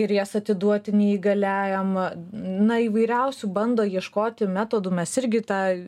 ir jas atiduoti neįgaliajam na įvairiausių bando ieškoti metodų mes irgi tą